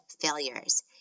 failures